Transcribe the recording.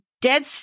dead